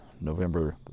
November